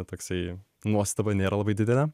toksai nuostaba nėra labai didelė